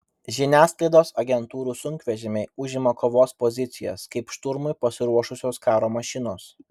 žiniasklaidos agentūrų sunkvežimiai užima kovos pozicijas kaip šturmui pasiruošusios karo mašinos